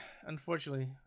Unfortunately